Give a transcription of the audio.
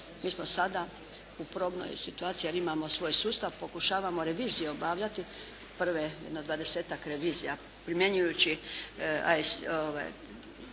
Mi smo sada u probnoj situaciji jer imamo svoj sustav. Pokušavamo revizije obavljati, prve, jedno dvadesetak revizija primjenjujući